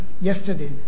yesterday